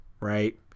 right